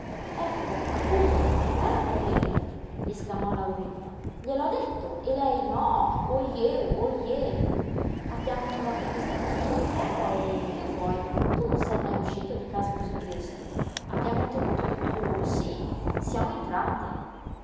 ecco appunto non era per lei esclamò lauretta gliel'ho detto e lei no oh je oh je abbiamo trovato questa busta per terra e che vuoi tu non sei mai uscito di casa cosí presto abbiamo temuto che tu sí siamo entrate